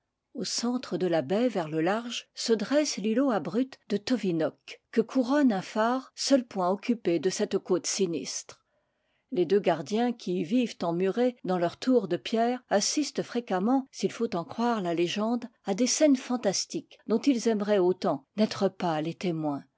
au centre de la baie vers le large se dresse l'îlot abrupt de tovinok que couronne un phare seul point occupé de cette côte sinistre les deux gardiens qui y vivent emmurés dans leur tour de pierre assistent fréquemment s'il faut en croire la légende à des scènes fantastiques dont ils aime raient autant n'être pas les témoins